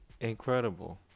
incredible